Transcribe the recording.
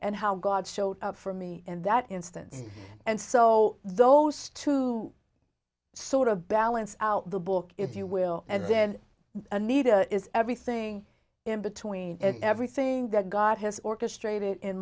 and how god showed for me in that instance and so those two sort of balance out the book if you will and then anita is everything in between and everything that god has orchestrated in